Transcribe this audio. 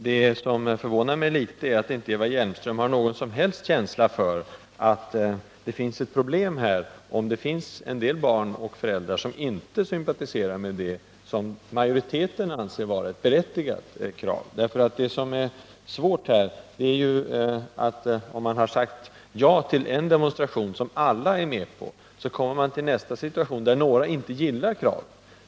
Det förvånar mig litet att Eva Hjelmström inte har någon känsla för att det finns ett problem här, om en del barn och föräldrar inte sympatiserar med det som majoriteten anser vara ett berättigat krav. Det är svårt, om man har sagt ja till en demonstration som alla är med på, när man kommer till nästa situation, där några inte gillar kraven.